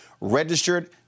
registered